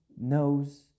knows